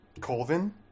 Colvin